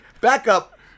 backup